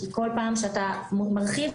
כל פעם שאתה מרחיב,